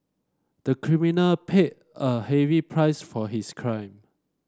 the criminal paid a heavy price for his crime